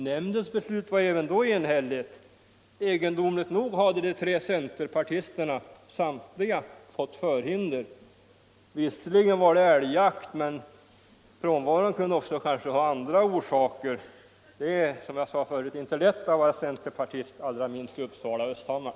Nämndens beslut var även då enhälligt. Egendomligt nog hade de tre centerpartisterna samtliga fått förhinder den gången. Visserligen var det älgjakt. men frånvaron kunde kanske också ha andra orsaker. Det är, som jag sade förut, inte lätt att vara centerpartist — allra minst i Uppsala och Östhammar.